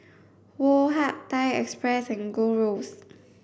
Woh Hup Thai Express and Gold Roast